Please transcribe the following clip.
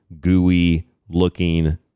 gooey-looking